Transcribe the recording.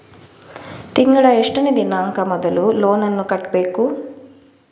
ತಿಂಗಳ ಎಷ್ಟನೇ ದಿನಾಂಕ ಮೊದಲು ಲೋನ್ ನನ್ನ ಕಟ್ಟಬೇಕು?